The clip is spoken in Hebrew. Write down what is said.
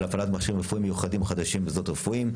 הפעלת מכשירים רפואיים מיוחדים חדשים במוסדות רפואיים.